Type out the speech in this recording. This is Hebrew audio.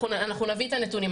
אנחנו נביא את הנתונים.